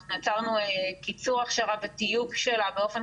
אנחנו יצרנו קיצור הכשרה וטיוב שלה באופן